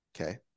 okay